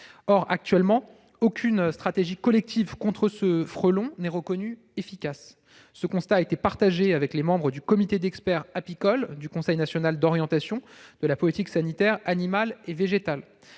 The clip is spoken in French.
Or, actuellement, aucune stratégie collective contre ce frelon n'est reconnue comme efficace. Ce constat est partagé par les membres du comité d'experts apicole du Conseil national d'orientation de la politique sanitaire animale et végétale.